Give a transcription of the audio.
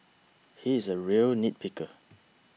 he is a real nitpicker